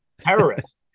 terrorist